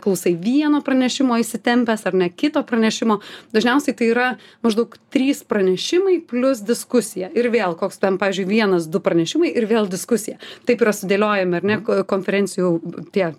klausai vieno pranešimo įsitempęs ar ne kito pranešimo dažniausiai tai yra maždaug trys pranešimai plius diskusija ir vėl koks ten pavyzdžiui vienas du pranešimai ir vėl diskusija taip yra sudėliojami ar ne ko konferencijų tie